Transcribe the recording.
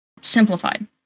simplified